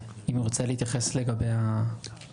אם הוא ירצה להתייחס לגבי השדות הקליניים,